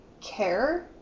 care